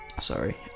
Sorry